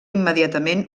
immediatament